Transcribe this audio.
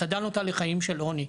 אתה דן אותה לחיים של עוני.